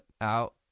out